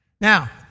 Now